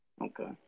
Okay